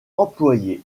employés